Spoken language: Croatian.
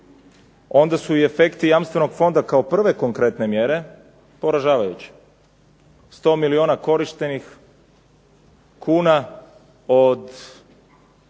onda su i efekti jamstvenog fonda kao prve konkretne mjere poražavajući. Sto milijuna korištenih kuna od